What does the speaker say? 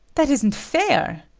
that isn't fair.